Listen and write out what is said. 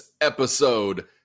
episode